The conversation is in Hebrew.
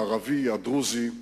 הערבי והדרוזי,